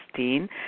16